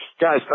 Guys